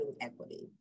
equity